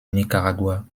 nicaragua